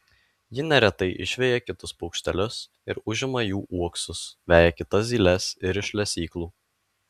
ji neretai išveja kitus paukštelius ir užima jų uoksus veja kitas zyles ir iš lesyklų